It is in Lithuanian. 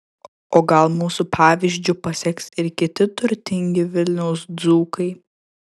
o gal mūsų pavyzdžiu paseks ir kiti turtingi vilniaus dzūkai